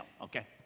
okay